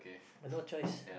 but no choice